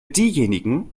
diejenigen